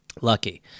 Lucky